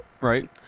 Right